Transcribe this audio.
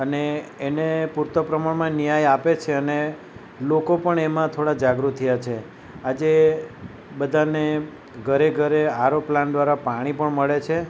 અને એને પૂરતા પ્રમાણમાં ન્યાય આપે છે અને લોકો પણ એમાં થોડા જાગૃત થયા છે આજે બધાને ઘરે ઘરે આરઓ પ્લાન્ટ દ્વારા પાણી પણ મળે છે